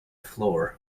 floor